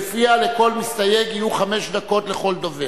שלפיו לכל מסתייג, יהיו חמש דקות לכל דובר.